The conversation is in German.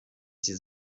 sie